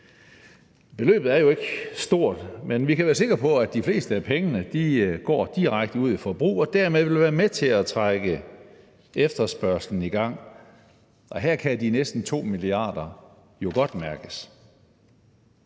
Beløbet er jo ikke stort, men vi kan være sikre på, at de fleste af pengene går direkte ud til forbrug, og derved vil de være med til at trække efterspørgslen i gang, og her kan de næsten 2 mia. kr. jo godt mærkes.